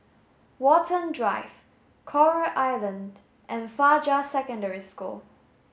Watten Drive Coral Island and Fajar Secondary School